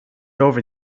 over